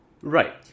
Right